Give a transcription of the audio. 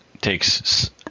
takes